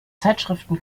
zeitschriften